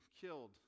killed